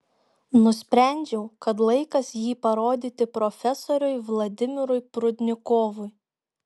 nusprendžiau kad laikas jį parodyti profesoriui vladimirui prudnikovui